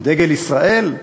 דגל ישראל?